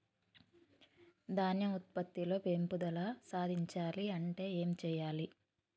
ధాన్యం ఉత్పత్తి లో పెంపుదల సాధించాలి అంటే ఏం చెయ్యాలి?